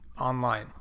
online